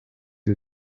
ihr